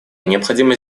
необходимо